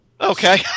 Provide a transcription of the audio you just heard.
Okay